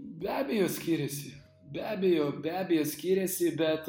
be abejo skiriasi be abejo be abejo skiriasi bet